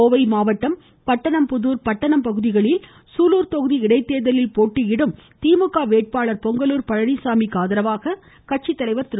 கோவை மாவட்டம் பட்டணம் புதார் பட்டணம் பகுதிகளில் சூலூர் தொகுதி இடைதோதலில் போட்டியிடும் திமுக வேட்பாளர் பொங்கலூர் பழனிசாமி க்கு ஆதரவாக கட்சித்தலைவர் திரு